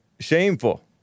shameful